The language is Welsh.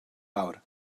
fawr